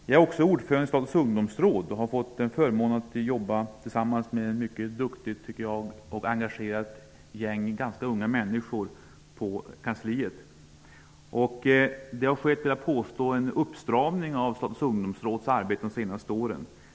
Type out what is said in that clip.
Jag är vidare ordförande i Statens ungdomsråd och har fått förmånen att arbeta tillsammans med ett mycket duktigt och engagerat gäng av ganska unga människor på dess kansli. Jag vill påstå att det skett en uppstramning av Statens ungdomsråds arbete under de senaste åren.